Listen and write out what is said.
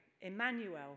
Emmanuel